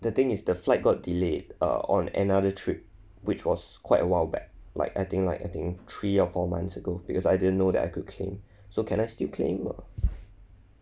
the thing is the flight got delayed uh on another trip which was quite a while back like I think like I think three or four months ago because I didn't know that I could claim so can I still claim or